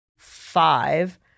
five